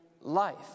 life